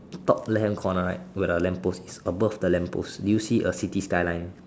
top left hand corner right with a lamp post is above the lamp post do you see a city skyline